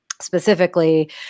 specifically